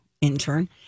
intern